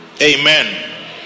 Amen